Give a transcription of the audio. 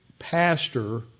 pastor